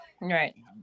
Right